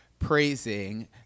praising